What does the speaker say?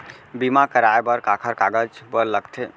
बीमा कराय बर काखर कागज बर लगथे?